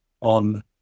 on